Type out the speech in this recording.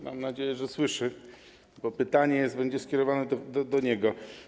Mam nadzieję, że słyszy, bo pytanie będzie skierowane do niego.